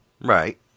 Right